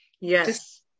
yes